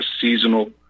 seasonal